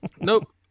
Nope